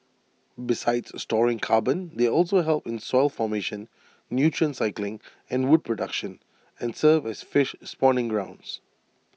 besides storing carbon they also help in soil formation nutrient cycling and wood production and serve as fish spawning grounds